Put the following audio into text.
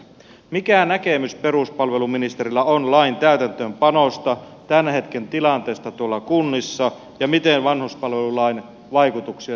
mikä näkemys peruspalveluministerillä on lain täytäntöönpanosta tämän hetken tilanteesta tuolla kunnissa ja miten vanhuspalvelulain vaikutuksia seurataan